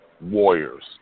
Warriors